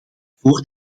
voor